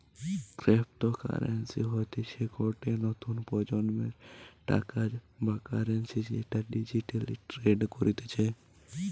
cryptocurrency হতিছে গটে নতুন প্রজন্মের টাকা বা কারেন্সি যেটা ডিজিটালি ট্রেড করতিছে